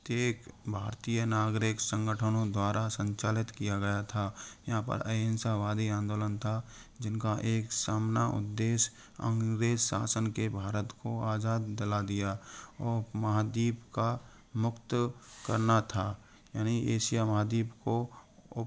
प्रत्येक भारतीय नागरिक संगठनों द्वारा संचालित किया गया था यहाँ पर अहिंसावादी आंदोलन था जिनका एक सामना उद्देश्य अंग्रेज़ी शासन से भारत को आज़ादी दिला दिया उपमहाद्वीप को मुक्त करना था यानी एशिया महाद्वीप को उप